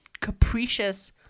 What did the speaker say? capricious